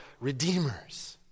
redeemers